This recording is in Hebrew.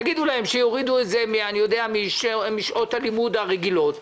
תגידו להם שיורידו את זה משעות הלימוד הרגילות.